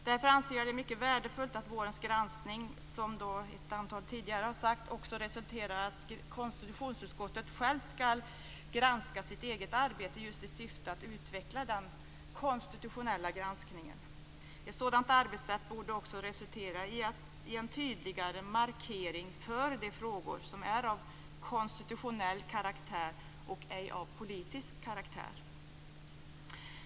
Därför anser jag det mycket värdefullt att vårens granskning, som också sagts tidigare, resulterar i att konstitutionsutskottet självt skall granska sitt eget arbete just i syfte att utveckla den konstitutionella granskningen. Ett sådant arbetssätt borde också resultera i en tydligare markering av de frågor som är av konstitutionell karaktär och ej av politisk karaktär.